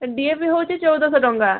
ସେ D A P ହେଉଛି ଚଉଦଶହ ଟଙ୍କା